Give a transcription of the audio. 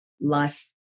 life